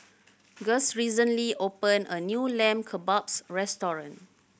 Guss recently opened a new Lamb Kebabs Restaurant